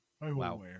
wow